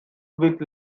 with